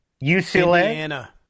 UCLA